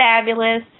fabulous